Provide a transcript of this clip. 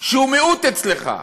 שהוא מיעוט אצלך.